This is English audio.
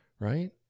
right